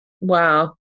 Wow